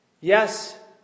Yes